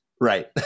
Right